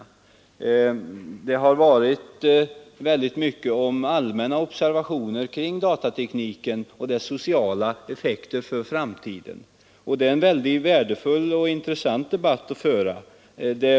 Mycket har sagts om allmänna observationer kring datatekniken och sociala effekter för framtiden, och det är en mycket värdefull och intressant debatt att föra.